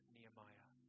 Nehemiah